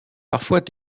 parfois